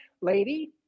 lady